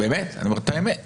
באמת, אני אומר את האמת.